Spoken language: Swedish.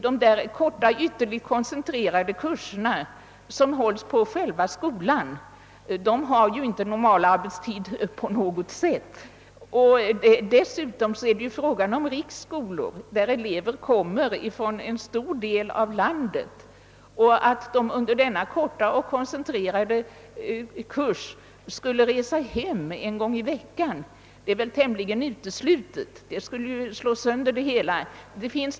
Dessa korta, ytterst koncentrerade kurser, som hålls på skolan, har ju inte på något sätt en normal arbetstid. Dessutom är det här fråga om riksskolor med elever från en stor del av landet. Det är tämligen uteslutet att eleverna under dessa korta och koncentrerade kurser skulle resa hem en gång i veckan. Det skulle slå sönder det hela.